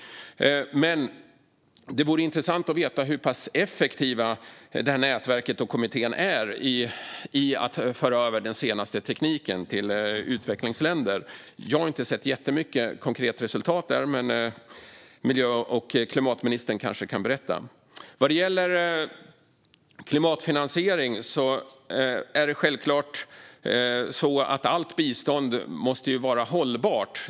Det vore dock intressant att veta hur pass effektiva kommittén och nätverket är när det gäller att överföra den senaste tekniken till utvecklingsländer. Jag har inte sett jättemycket konkreta resultat där, men miljö och klimatministern kanske kan berätta om det. Vad gäller klimatfinansiering är det självklart så att allt bistånd måste vara hållbart.